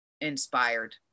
inspired